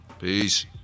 Peace